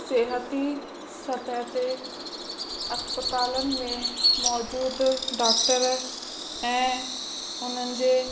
सेहती सतह ते अस्पतालनि में मौजूदु डाक्टर ऐं उन्हनि जे